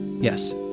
Yes